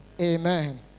Amen